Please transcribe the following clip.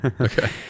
Okay